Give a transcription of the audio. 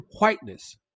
whiteness